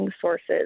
sources